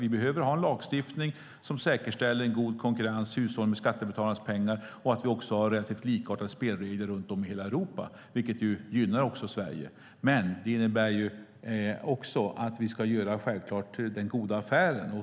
Vi behöver ha en lagstiftning som säkerställer en god konkurrens och hushållning med skattebetalarnas pengar och att vi har rätt till likartade spelregler i hela Europa. Det gynnar också Sverige. Men det innebär också att vi självklart ska göra den goda affären.